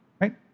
Right